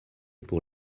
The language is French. pour